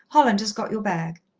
holland has got your bag.